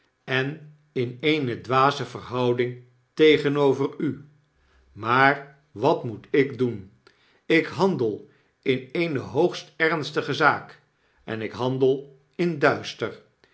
en in eene dwaze verhouding tegenover u maar wat moet ik doen ik handel in eene hoogst ernstige zaak en ik handel in duister